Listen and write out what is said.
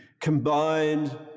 combined